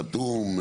חתום,